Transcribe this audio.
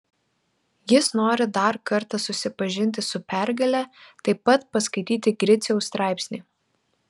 jis nori dar kartą susipažinti su pergale taip pat paskaityti griciaus straipsnį